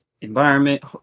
environment